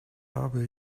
habe